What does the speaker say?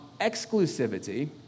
exclusivity